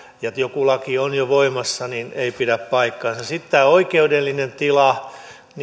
ja että joku laki on jo voimassa eivät pidä paikkaansa sitten tämä oikeudellinen tila